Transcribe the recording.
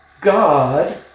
God